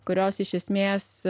kurios iš esmės